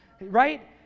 Right